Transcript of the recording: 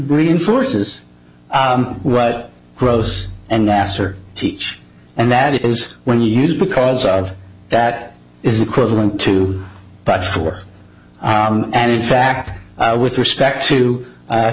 reinforces what grows and nasser teach and that is when you use because of that is equivalent to but for and in fact with respect to